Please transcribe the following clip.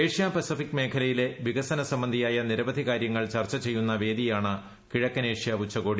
Asia Pacific മേഖലയിലെ വികസന സംബന്ധിയായ നിരവധി കാര്യങ്ങൾ ചർച്ച ചെയ്യുന്ന വേദിയാണ് കിഴക്കനേഷ്യ ഉച്ചകോടി